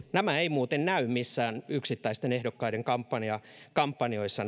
nämä salarahat eivät muuten näy missään yksittäisten ehdokkaiden kampanjoissa